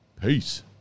Peace